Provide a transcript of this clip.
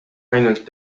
ainult